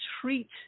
treat